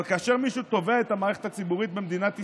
אבל כאשר מישהו תובע את המערכת הציבורית במדינת ישראל,